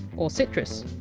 or citrus,